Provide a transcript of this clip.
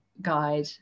guide